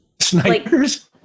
Snipers